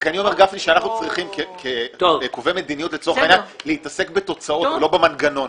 אבל אני אומר שאנחנו כקובעי מדיניות צריכים להתעסק בתוצאות ולא במנגנון.